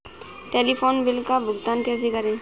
Telephone bill का भुगतान कैसे करें?